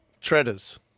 Treaders